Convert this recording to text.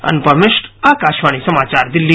अनुपम मिश्र आकाशवाणी समाचार दिल्ली